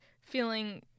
feeling